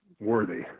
worthy